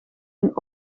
een